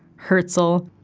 herzel,